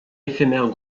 éphémère